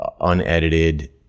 unedited